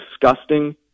disgusting